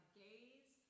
gaze